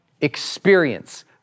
experience